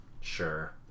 Sure